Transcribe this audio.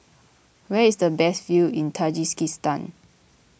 where is the best view in Tajikistan